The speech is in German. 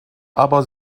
aber